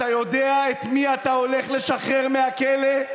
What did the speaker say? אתה יודע את מי אתה הולך לשחרר מהכלא?